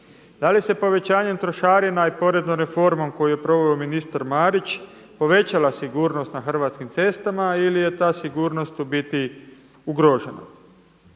Da li se povećanjem trošarina i poreznom reformom koju je proveo ministar Marić, povećala sigurnost na hrvatskim cestama ili je ta sigurnost u biti ugrožena.